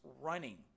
running